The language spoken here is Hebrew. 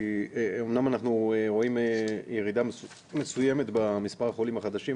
אמנם אנחנו רואים ירידה מסוימת במספר החולים החדשים,